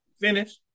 finish